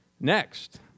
Next